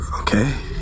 Okay